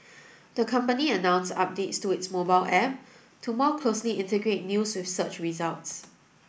the company announced updates to its mobile app to more closely integrate news with search results